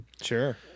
Sure